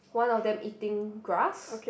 one of them eating grass